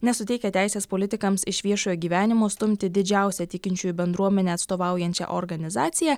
nesuteikia teisės politikams iš viešojo gyvenimo stumti didžiausią tikinčiųjų bendruomenę atstovaujančią organizaciją